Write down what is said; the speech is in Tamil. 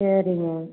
சரிங்க